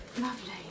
lovely